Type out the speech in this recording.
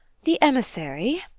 the emissary,